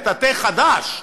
מטאטא חדש,